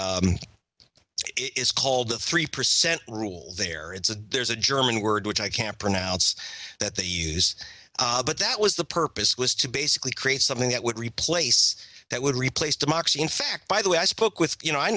the it's called the three percent rule there it's a there's a german word which i can't pronounce that they used but that was the purpose was to basically create something that would replace that would replace democracy in fact by the way i spoke with you know